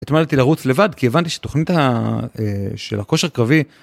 התמדתי לרוץ לבד כי הבנתי שתוכנית של הכושר קרבי.